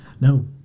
No